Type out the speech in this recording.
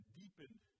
deepened